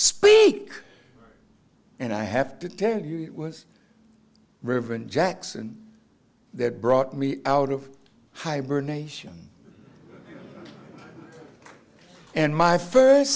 speak and i have to tell you it was reverend jackson that brought me out of hibernation and my first